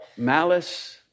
Malice